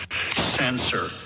censor